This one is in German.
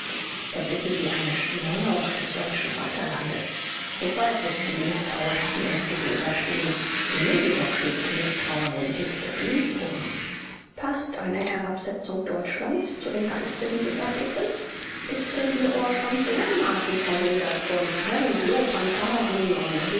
erblicken sie eine schmähung des deutschen vaterlandes ich weiß es wie mißtrauisch sie uns gegenüberstehen hier jedoch schlägt mißtrauen in hysterie um paßt eine herabsetzung deutschlands zu dem geiste dieses artikels ist denn ihr ohr schon dermaßen verwildert durch reventlow-fanfaren und